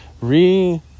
re